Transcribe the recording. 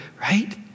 right